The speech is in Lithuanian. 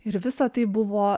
ir visa tai buvo